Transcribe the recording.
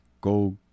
go